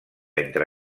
entre